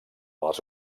les